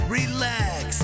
relax